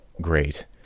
great